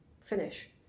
finish